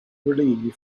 relieved